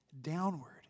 downward